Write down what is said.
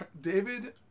David